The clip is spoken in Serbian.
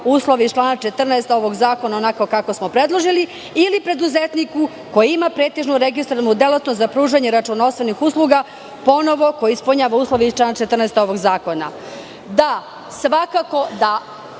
uslov iz člana 14. ovog zakona onako kako smo predložili, ili preduzetniku koji ima pretežnu registrovanu delatnost za pružanje računovodstvenih usluga, ponovo ko ispunjava uslove iz člana 14. ovog zakona. Da, svakako da